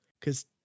Cause